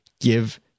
Give